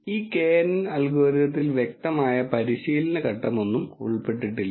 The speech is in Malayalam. ഈ knn അൽഗോരിതത്തിൽ വ്യക്തമായ പരിശീലന ഘട്ടമൊന്നും ഉൾപ്പെട്ടിട്ടില്ല